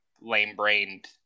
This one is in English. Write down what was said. lame-brained